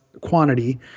quantity